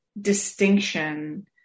distinction